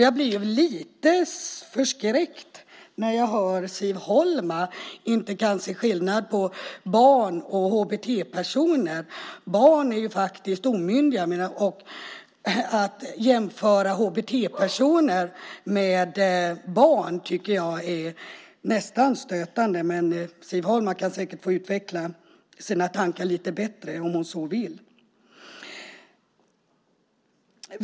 Jag blir lite förskräckt när jag hör att Siv Holma inte kan se skillnad på barn och HBT-personer. Barn är faktiskt omyndiga. Att jämföra HBT-personer med barn tycker jag nästan är stötande. Men Siv Holma kan säkert få utveckla sina tankar lite bättre om hon så vill.